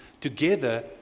together